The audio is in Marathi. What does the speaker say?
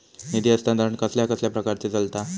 निधी हस्तांतरण कसल्या कसल्या प्रकारे चलता?